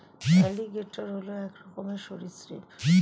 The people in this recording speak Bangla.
অ্যালিগেটর হল এক রকমের সরীসৃপ